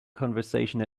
conversation